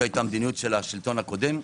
זו הייתה המדיניות של השלטון הקודם.